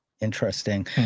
interesting